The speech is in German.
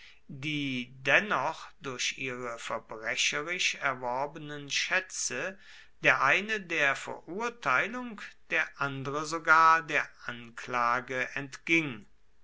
die dennoch durch ihre verbrecherisch erworbenen schätze der eine der verurteilung der andre sogar der anklage entging